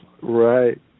Right